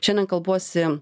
šiandien kalbuosi